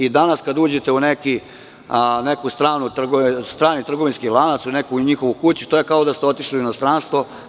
I danas kada uđete u neki strani trgovinski lanac, u neku njihovu kuću, to je kao da ste otišli u inostranstvo.